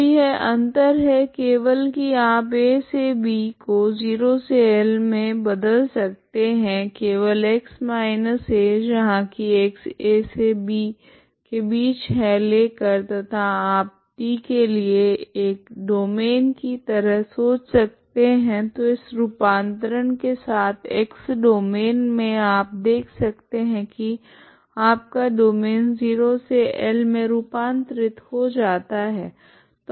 तो यह अंतर है केवल की आप a से b को 0 से L मे बदल सकते है केवल x a axb लेकर तथा आप t के लिए एक डोमैन की तरह सोच सकते है तो इस रूपान्तरण के साथ x डोमैन मे आप देख सकते है की आपका डोमैन 0 से L मे रूपांतरित हो जाता है